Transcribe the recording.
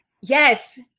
Yes